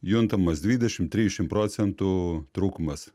juntamas dvidešimt trisdešimt procentų trūkumas